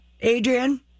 Adrian